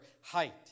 height